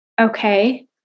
Okay